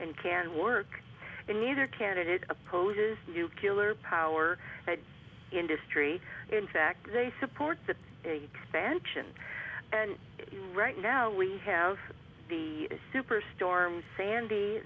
and can work and neither candidate opposes you killer power industry in fact they support the a pension and right now we have the super storm sandy